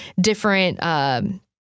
different